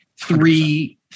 three